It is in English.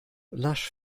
lush